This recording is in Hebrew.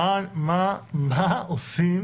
מה עושים